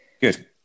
good